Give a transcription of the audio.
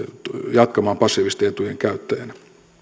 jatkamaan passiivisten etujen käyttäjänä